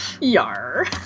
Yar